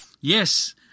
Yes